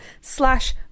slash